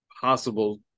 possible